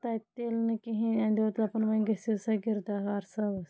تَتہِ تہِ ییٚلہِ نہٕ کِہیٖنۍ اندیو دَپان وۄنۍ گٔژھِو سا گِرداوار صٲبَس